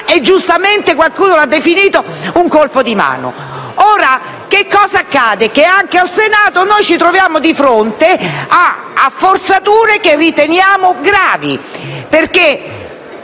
e giustamente qualcuno l'ha definito un colpo di mano. Cosa accade ora? Anche in Senato ci troviamo di fronte a forzature che riteniamo gravi.